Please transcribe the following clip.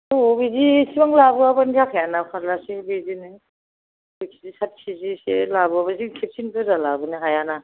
औ बिदि इसिबां लाबोआबानो जाखायाना फारलासे बिदिनो सय केजि सात केजिसो लाबोआबा बिदि खेबसेनो बुरजा लाबोनो हायाना